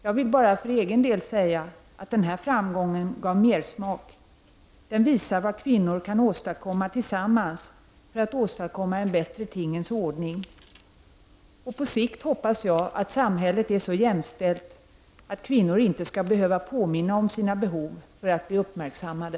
Jag vill bara för egen del säga att den här framgången gav mersmak. Den visar vad kvinnor kan göra tillsammans för att åstadkomma en bättre tingens ordning. Jag hoppas att samhället på sikt kommer att bli så jämställt att kvinnor inte skall behöva påminna om sina behov för att bli uppmärksammade.